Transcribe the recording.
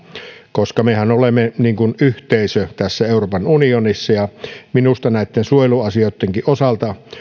koska mehän olemme niin kuin yhteisö tässä euroopan unionissa minusta näitten suojeluasioittenkin osalta